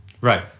Right